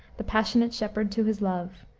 the passionate shepherd to his love,